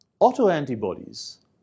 Autoantibodies